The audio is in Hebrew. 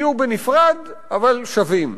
יהיו בנפרד, אבל שווים.